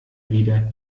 wieder